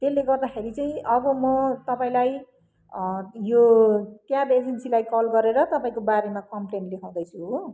त्यसले गर्दाखेरि चाहिँ अब म तपाईँलाई यो क्याब एजेन्सीलाई कल गरेर तपाईँको बारेमा कम्प्लेन लेखाउँदै छु हो